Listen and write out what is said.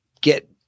get